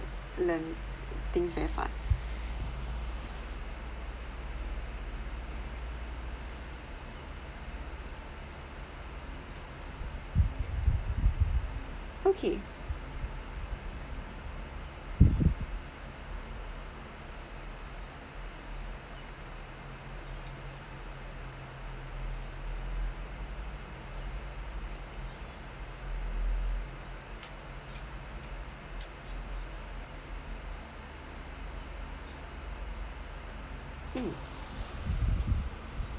learn things very fast okay hmm